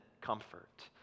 comfort